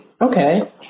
Okay